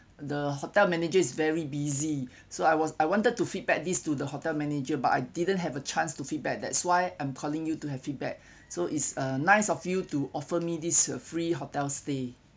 the hotel manager is very busy so I was I wanted to feedback these to the hotel manager but I didn't have a chance to feedback that's why I'm calling you to have feedback so it's uh nice of you to offer me this free hotel stay